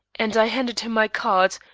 and i handed him my card,